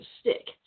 stick